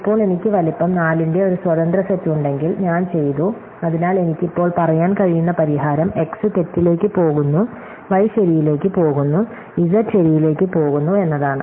ഇപ്പോൾ എനിക്ക് വലിപ്പം 4 ന്റെ ഒരു സ്വതന്ത്ര സെറ്റ് ഉണ്ടെങ്കിൽ ഞാൻ ചെയ്തു അതിനാൽ എനിക്ക് ഇപ്പോൾ പറയാൻ കഴിയുന്ന പരിഹാരം x തെറ്റിലേക്ക് പോകുന്നു y ശരിയി ലേക്ക് പോകുന്നു zശരിയിലേക്ക് പോകുന്നു എന്നതാണ്